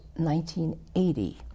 1980